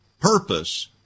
purpose